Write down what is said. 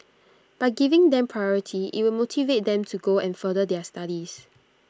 by giving them priority IT will motivate them to go and further their studies